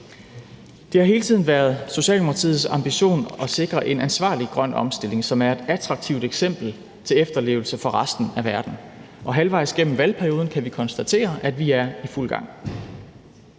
Det har hele tiden været Socialdemokratiets ambition at sikre en ansvarlig grøn omstilling, som er et attraktivt eksempel til efterlevelse for resten af verden, og halvvejs gennem valgperioden kan vi konstatere, at vi er i fuld gang.